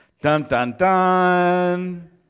Dun-dun-dun